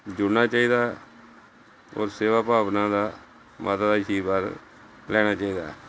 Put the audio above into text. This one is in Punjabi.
ਜੁੜਨਾ ਚਾਹੀਦਾ ਔਰ ਸੇਵਾ ਭਾਵਨਾ ਦਾ ਮਾਤਾ ਦਾ ਅਸ਼ੀਰਵਾਦ ਲੈਣਾ ਚਾਹੀਦਾ ਹੈ